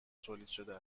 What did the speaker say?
تولیدشده